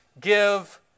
give